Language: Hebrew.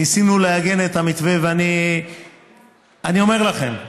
ניסינו לעגן את המתווה ואני אומר לכם,